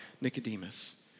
Nicodemus